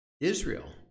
Israel